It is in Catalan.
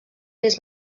més